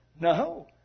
no